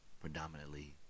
Predominantly